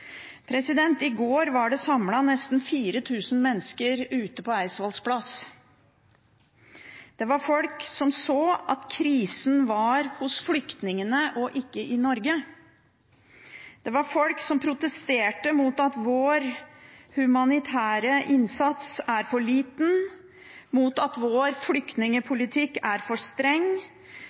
I går var det samlet nesten 4 000 mennesker ute på Eidsvolls plass. Det var folk som ser at krisen er hos flyktningene, ikke i Norge. Det var folk som protesterte mot at vår humanitære innsats er for liten, mot at vår flyktningpolitikk er for streng,